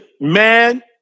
man